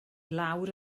lawr